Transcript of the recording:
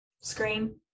screen